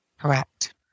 Correct